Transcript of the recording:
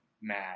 mad